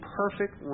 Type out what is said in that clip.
perfect